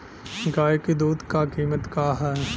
गाय क दूध क कीमत का हैं?